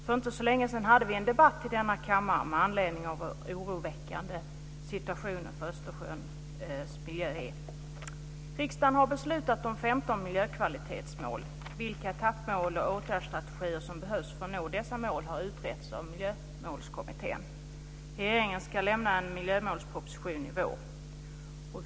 För inte så länge sedan hade vi en debatt i denna kammare med anledning av den oroväckande situationen för Östersjöns miljö. Riksdagen har beslutat om 15 miljökvalitetsmål. Vilka etappmål åtgärdsstrategier och som behövs för att nå dessa mål har utretts av Miljömålskommittén. Regeringen ska lämna en miljömålsproposition i vår.